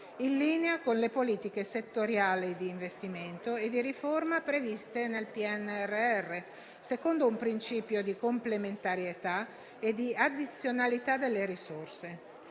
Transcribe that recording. in linea con le politiche settoriali di investimento e di riforma previste nel PNRR, secondo un principio di complementarità e di addizionalità delle risorse.